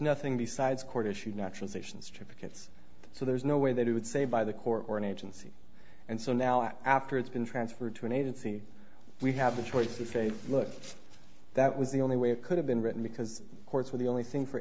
nothing besides court issued naturalization stripper gets so there's no way that it would say by the court or an agency and so now that after it's been transferred to an agency we have the choice to face look that was the only way it could have been written because courts were the only thing for